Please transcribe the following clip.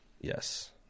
Yes